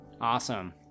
Awesome